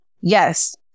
Yes